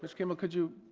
but kimball could you.